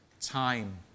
time